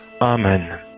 Amen